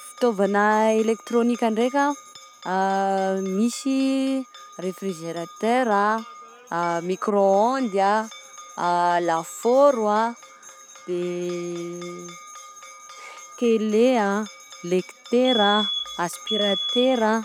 Fitaovana elektronika ndraiky a: misy refrizeratera, a micro ôndy, lafaoro a, de tele a, lectera, aspiratera.